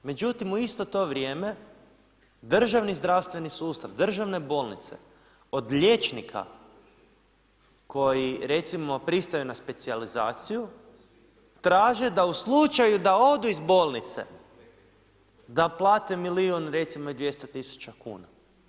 Međutim, u isto to vrijeme, državni zdravstveni sustav, državne bolnice od liječnika koji recimo pristaju na specijalizaciju traže da u slučaju da odu iz bolnice da plate milijun i 200 tisuća kuna.